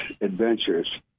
adventures